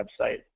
website